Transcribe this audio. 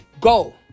Go